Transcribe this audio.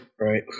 Right